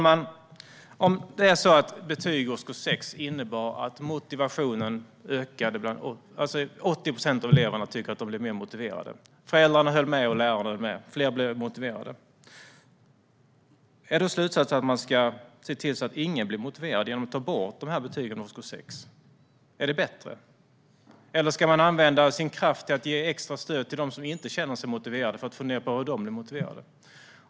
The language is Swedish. Säg att det är så att betyg i årskurs 6 ökar motivationen. 80 procent av eleverna tyckte att de blev mer motiverade. Föräldrarna och lärarna höll med om att fler blev motiverade. Är då slutsatsen att man ska se till så att ingen blir motiverad genom att ta bort betygen i årskurs 6? Är det bättre? Eller ska man använda sin kraft till att ge extra stöd till dem som inte känner sig motiverade och fundera på hur de ska bli motiverade?